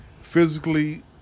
physically